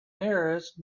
nearest